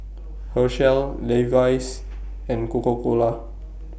Herschel Levi's and Coca Cola